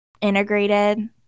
integrated